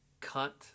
cut